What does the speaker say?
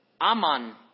Aman